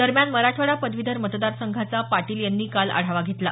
दरम्यान मराठवाडा पदवीधर मतदार संघाचा पाटील यांनी काल आढावा घेतला